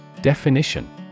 Definition